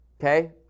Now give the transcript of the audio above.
Okay